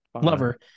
lover